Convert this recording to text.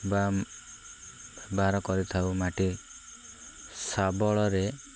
ବା ବାହାର କରିଥାଉ ମାଟି ଶାବଳରେ